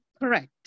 Correct